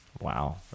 wow